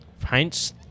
paints